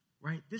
right